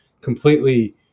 completely